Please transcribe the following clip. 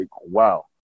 wow